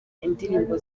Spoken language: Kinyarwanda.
indirimbo